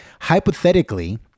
hypothetically